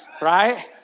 right